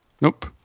nope